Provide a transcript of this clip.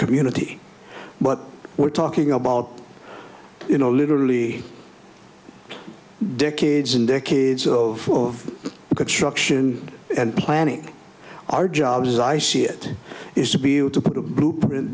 community but we're talking about you know literally decades and decades of construction and planning our jobs as i see it is to be able to put a blueprint